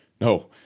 no